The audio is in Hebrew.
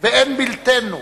ואין בלתנו.